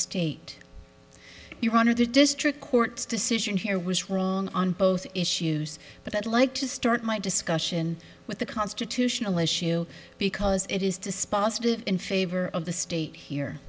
state your honor the district court's decision here was wrong on both issues but i'd like to start my discussion with the constitutional issue because it is dispositive in favor of the state here